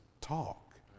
talk